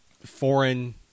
foreign